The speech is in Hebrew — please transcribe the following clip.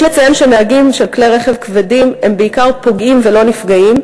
יש לציין שנהגים של כלי רכב כבדים הם בעיקר פוגעים ולא נפגעים,